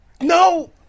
No